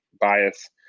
bias